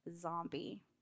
zombie